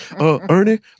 Ernie